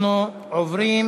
אנחנו עוברים